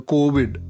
Covid